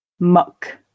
muck